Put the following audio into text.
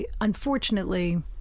unfortunately